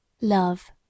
LOVE